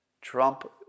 Trump